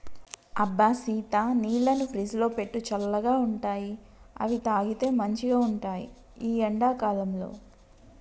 అబ్బ సీత నీళ్లను ఫ్రిజ్లో పెట్టు చల్లగా ఉంటాయిఅవి తాగితే మంచిగ ఉంటాయి ఈ ఎండా కాలంలో